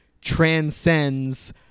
transcends